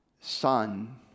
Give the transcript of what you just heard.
son